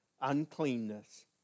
uncleanness